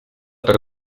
per